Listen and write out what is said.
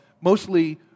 mostly